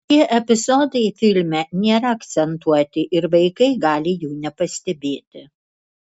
šie epizodai filme nėra akcentuoti ir vaikai gali jų nepastebėti